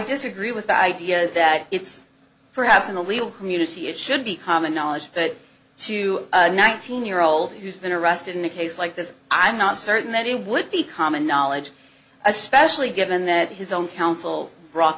disagree with the idea that it's perhaps in the legal community it should be common knowledge but to nineteen year old who's been arrested in a case like this i'm not certain that he would be common knowledge especially given that his own counsel brought